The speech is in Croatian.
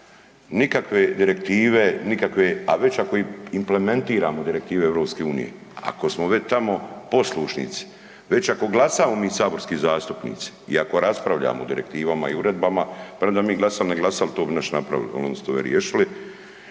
nikakve direktive, nikakve, a već ako implementiramo Direktive EU, ako smo već tamo poslušnici, već ako glasamo mi saborski zastupnici i ako raspravljamo o direktivama i uredbama, premda mi glasali, ne glasali to bi naši napravili, oni bi se toga riješili,